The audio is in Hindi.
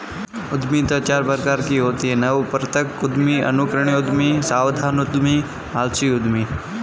उद्यमिता चार प्रकार की होती है नवप्रवर्तक उद्यमी, अनुकरणीय उद्यमी, सावधान उद्यमी, आलसी उद्यमी